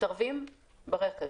מתערבים ברכב,